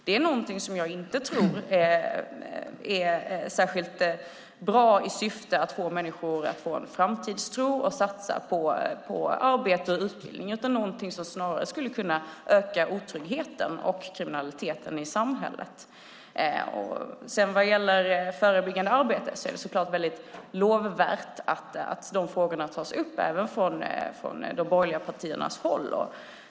Det är något som jag inte tror är särskilt bra för att få människor att få framtidstro och satsa på arbete och utbildning utan något som snarare skulle kunna öka otryggheten och kriminaliteten i samhället. Vad gäller förebyggande arbete är det självfallet lovvärt att de frågorna tas upp även från de borgerliga partiernas håll.